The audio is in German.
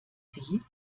sie